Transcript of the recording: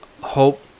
hope